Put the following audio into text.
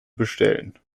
bestellen